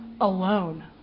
alone